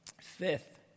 Fifth